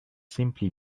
simply